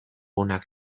onak